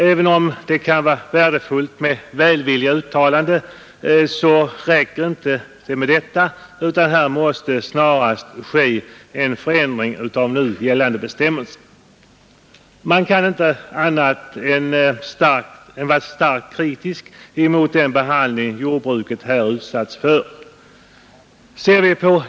Även om det kan vara värdefullt med välvilliga uttalanden, räcker det inte med sådana, utan det måste snarast ske en förändring i gällande bestämmelser. Man kan inte annat än vara starkt kritisk mot den behandling jordbruket i detta sammanhang utsatts för.